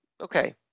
okay